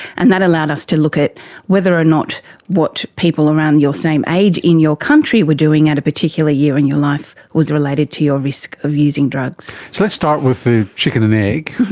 and that allowed us to look at whether or not what people around your same age in your country were doing at a particular year in your life was related to your risk of using drugs. so let's start with the chicken and egg.